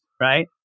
Right